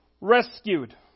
Rescued